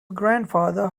grandfather